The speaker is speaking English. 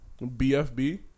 BFB